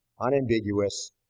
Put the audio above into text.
Unambiguous